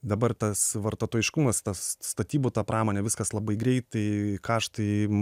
dabar tas vartotojiškumas tas statybų ta pramonė viskas labai greitai kaštai